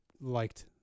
liked